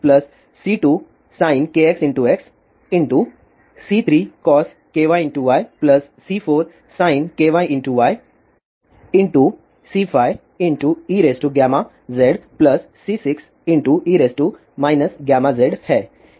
तो यह C1cos kxx C2sin kxx C3cos kyy C4sin kyy C5eγzC6e γz है